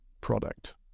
product